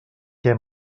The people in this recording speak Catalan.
què